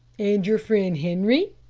and your friend henri?